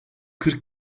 kırk